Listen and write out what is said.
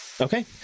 okay